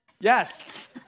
Yes